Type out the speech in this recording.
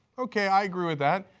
okay, i agree with that.